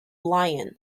lion